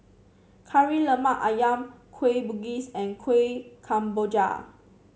Kari Lemak ayam Kueh Bugis and Kueh Kemboja